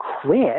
quit